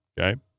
Okay